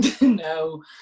No